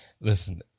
Listen